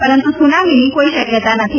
પરંતુ સુનામીની કોઇ શકયતા નથી